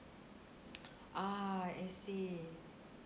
ah I see